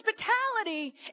Hospitality